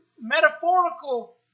metaphorical